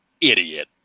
idiot